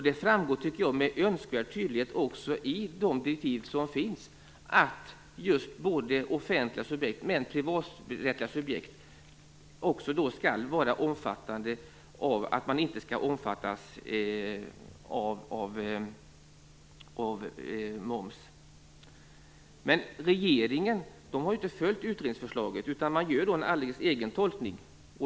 Det framgår, tycker jag, med all önskvärd tydlighet också i de direktiv som finns att varken offentliga eller privaträttsliga subjekt skall omfattas av moms. Men regeringen har inte följt utredningsförslaget. Den gör en alldeles egen tolkning.